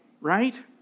right